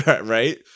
Right